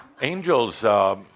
angels, –